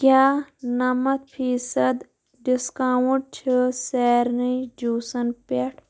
کیٛاہ نَمَتھ فیٖصد ڈسکاونٹ چھِ سارنٕے جوٗسن پٮ۪ٹھ